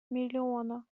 миллиона